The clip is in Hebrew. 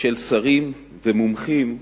של שרים ומומחים,